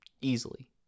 easily